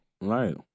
Right